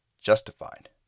justified